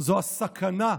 זה הסכנה,